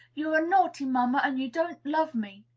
you're a naughty mamma, and you don't love me.